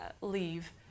leave